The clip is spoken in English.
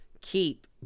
keep